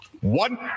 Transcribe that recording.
One